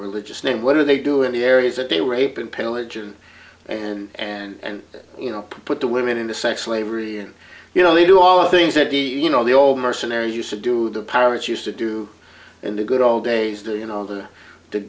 religious name what are they do in the areas that they rape and pillage and and you know put the women into sex slavery and you know they do all the things that he you know the old mercenary used to do the pirates used to do in the good old days the you know the the